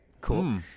Cool